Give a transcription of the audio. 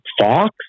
Fox